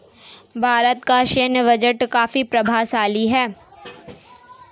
भारत का सैन्य बजट काफी प्रभावशाली है